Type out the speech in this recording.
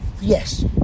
yes